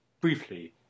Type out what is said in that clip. briefly